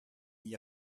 n’y